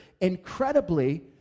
incredibly